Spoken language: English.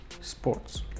sports